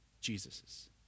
Jesus's